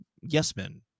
yes-men